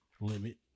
limit